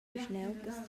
vischnauncas